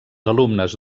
alumnes